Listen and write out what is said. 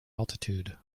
altitude